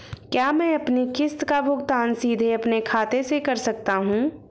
क्या मैं अपनी किश्त का भुगतान सीधे अपने खाते से कर सकता हूँ?